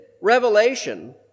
revelation